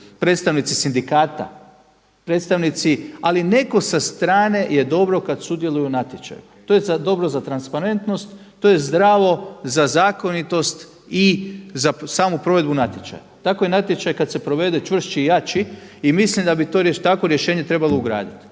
predstavnici sindikata, ali neko sa strane je dobro kada sudjeluje u natječaju. To je dobro za transparentnost, to je zdravo za zakonitost i za samu provedbu natječaja. Tako i natječaj kada se provede čvršći i jači i mislim da bi takvo rješenje trebalo ugraditi.